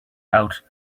out